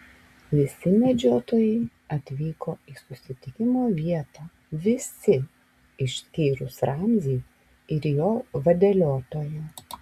visi medžiotojai atvyko į susitikimo vietą visi išskyrus ramzį ir jo vadeliotoją